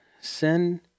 sin